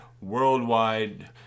worldwide